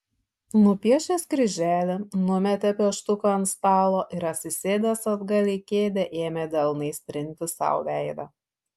nupiešęs kryželį numetė pieštuką ant stalo ir atsisėdęs atgal į kėdę ėmė delnais trinti sau veidą